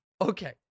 Okay